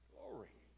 Glory